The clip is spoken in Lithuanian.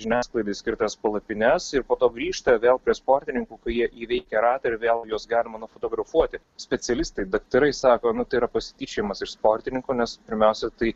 žiniasklaidai skirtas palapines ir po to grįžta vėl prie sportininkų kurie įveikė ratą ir vėl juos galima nufotografuoti specialistai daktarai sako nu tai yra pasityčiojimas iš sportininkų nes pirmiausia tai